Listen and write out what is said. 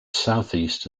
southeast